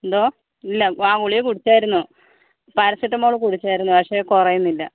എന്തോ ഇല്ല ആ ഗുളിക കുടിച്ചായിരുന്നു പാരസിറ്റാമോൾ കുടിച്ചായിരുന്നു പക്ഷേ കുറയുന്നില്ല